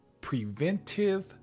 Preventive